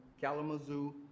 Kalamazoo